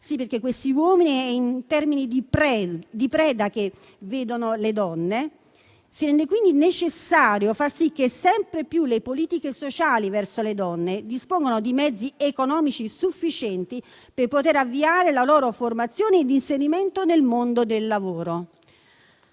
Sì, perché questi uomini è in termini di preda che vedono le donne. Si rende, quindi, necessario far sì che sempre più le politiche sociali verso le donne dispongano di mezzi economici sufficienti per poter avviare la loro formazione e l'inserimento nel mondo del lavoro.